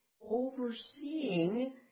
overseeing